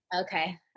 Okay